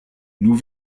nous